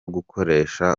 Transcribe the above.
gukoresha